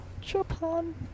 Japan